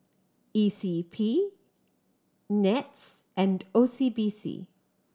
E C P N E T S and O C B C